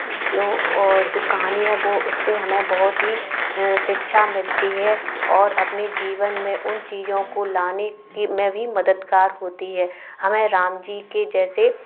जो और जो कहानी है वह उसे हमे बहुत ही शिक्षा मिलती है और अपने जीवन में उन चीज़ों को लाने की में भी मददगार होती है हमें राम जी के जैसे